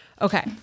Okay